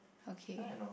okay